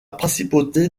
principauté